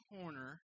corner